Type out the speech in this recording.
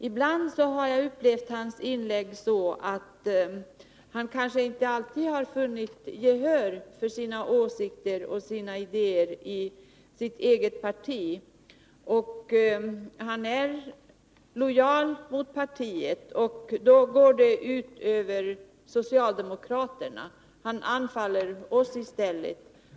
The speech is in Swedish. Ibland har jag haft en känsla av att han inte alltid vunnit sitt eget partis gehör för de åsikter och idéer som han framfört i sina inlägg. Filip Johansson är vidare lojal mot sitt parti. Då går det ut över socialdemokraterna — han anfaller oss i stället.